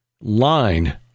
line